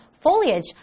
foliage